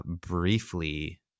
briefly